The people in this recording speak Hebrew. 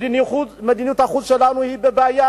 כשמדיניות החוץ שלנו היא בבעיה?